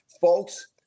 folks